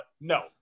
No